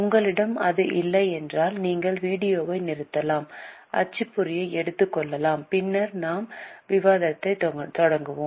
உங்களிடம் அது இல்லையென்றால் நீங்கள் வீடியோவை நிறுத்தலாம் அச்சுப்பொறியை எடுத்துக் கொள்ளலாம் பின்னர் நாம் விவாதத்தைத் தொடங்குவோம்